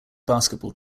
basketball